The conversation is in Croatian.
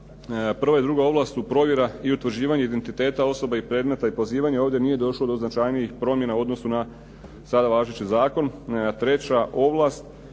Prva i druga ovlast su provjera i utvrđivanje identiteta osoba i predmeta i pozivanje. Ovdje nije došlo do značajnijih promjena u odnosu na sada važeći zakon.